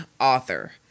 author